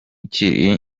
kiri